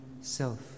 self